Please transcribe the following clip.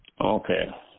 Okay